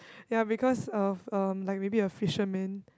ya because of um like maybe a fisherman